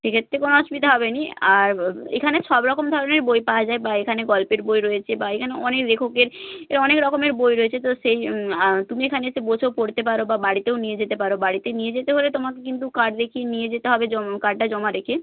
সেক্ষেত্রে কোনও অসুবিধা হবেনা আর এখানে সব রকম ধরনের বই পাওয়া যায় বা এখানে গল্পের বই রয়েছে বা এখানে অনেক লেখকের এ অনেক রকমের বই রয়েছে তো সেই তুমি এখানে এসে বসেও পড়তে পারো বা বাড়িতেও নিয়ে যেতে পারো বাড়িতে নিয়ে যেতে হলে তোমাকে কিন্তু কার্ড রেখেই নিয়ে যেতে হবে কার্ডটা জমা রেখে